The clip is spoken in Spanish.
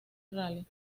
rally